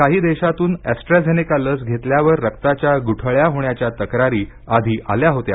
काही देशातून एस्ट्राजेनेका लस घेतल्यावर रक्ताच्या गुठळ्या होण्याच्या तक्रारी आधी आल्या होत्या